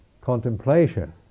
contemplation